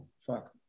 fuck